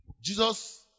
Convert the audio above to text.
Jesus